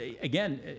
again